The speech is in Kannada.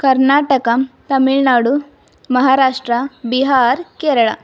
ಕರ್ನಾಟಕ ತಮಿಳುನಾಡು ಮಹಾರಾಷ್ಟ್ರ ಬಿಹಾರ್ ಕೇರಳ